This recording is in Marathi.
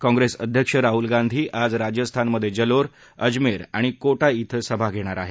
काँग्रेस अध्यक्ष राहुल गांधी आज राजस्थानमधे जलोर अजमेर आणि कोटा क्रिं सभा घेणार आहेत